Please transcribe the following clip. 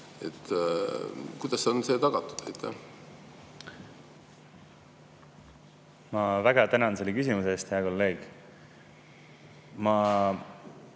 Kuidas on see tagatud? Ma väga tänan selle küsimuse eest, hea kolleeg. Ma